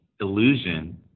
Illusion